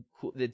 cool